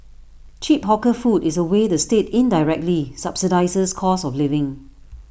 cheap hawker food is A way the state indirectly subsidises cost of living